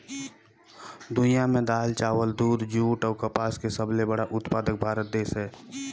दुनिया में दाल, चावल, दूध, जूट अऊ कपास के सबले बड़ा उत्पादक भारत देश हे